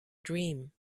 dream